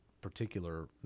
particular